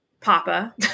Papa